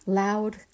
loud